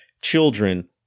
children